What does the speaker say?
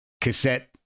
cassette